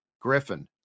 Griffin